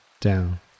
down